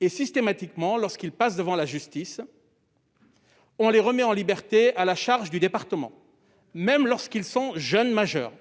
Systématiquement, quand ils passent devant la justice, ils sont remis en liberté à la charge du département, même lorsqu'ils sont jeunes majeurs.